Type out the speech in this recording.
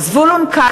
(קוראת בשמות חברי הכנסת) זבולון קלפה,